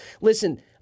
Listen